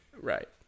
Right